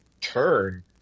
turn